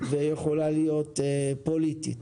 ויכולה להיות פוליטית.